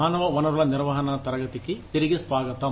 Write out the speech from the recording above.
మానవ వనరుల నిర్వహణ తరగతికి తిరిగి స్వాగతం